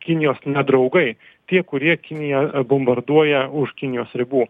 kinijos nedraugai tie kurie kiniją bombarduoja už kinijos ribų